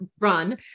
run